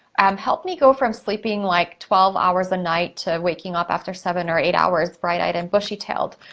um helped me go from sleeping like twelve hours a night to waking up after seven or eight hours bright eyed and bushy tailed.